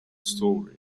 story